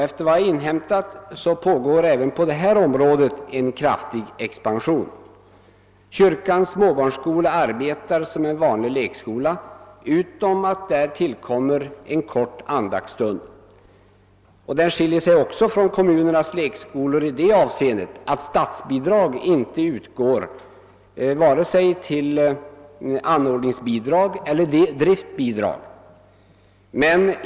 Efter vad jag har inhämtat pågår även på detta område en kraftig expansion. Kyrkans småbarnsskola arbetar som en vanlig lekskola utom att där tillkommer en kort andaktsstund. Den skiljer sig också från kommunernas lekskolor i det avseendet att statsbidrag inte utgår vare sig som anordningsbidrag eller som driftbidrag.